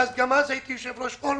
גם אז הייתי יושב-ראש פורום,